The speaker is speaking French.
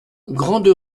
grande